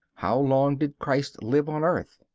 how long did christ live on earth?